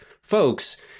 folks